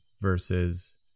versus